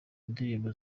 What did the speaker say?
indirimbo